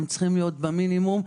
צריכים להיות קטנים,